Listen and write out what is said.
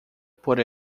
por